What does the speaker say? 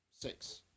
Six